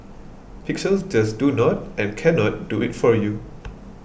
pixels just do not and can not do it for you